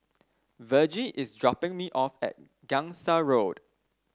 Vergie is dropping me off at Gangsa Road